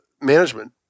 management